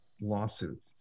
lawsuit